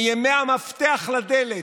מימי המפתח לדלת,